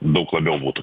daug labiau būtų